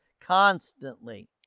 constantly